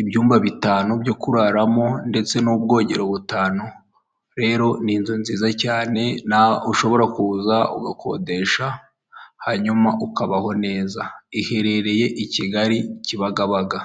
ibyumba bitanu byo kuraramo, ndetse n'ubwogero butanu, rero ni inzu nziza cyane ushobora kuza ugakodesha hanyuma ukabaho neza, iherereye i Kigali kibagabaga.